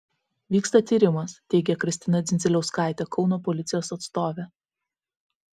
vyksta tyrimas teigė kristina dzindziliauskaitė kauno policijos atstovė